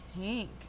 Pink